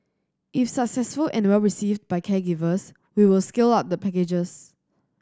if successful and well received by caregivers we will scale up the packages